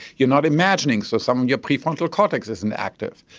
you're not imagining, so some of your prefrontal cortex isn't active.